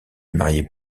marié